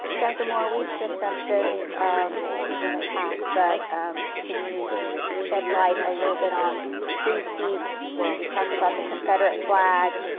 doctor moore, we've discussed this in the past, but um can you shed light a little bit on free you've talked about the confederate flag.